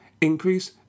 increase